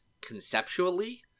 conceptually